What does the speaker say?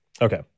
Okay